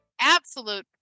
absolute